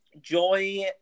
joy